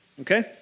okay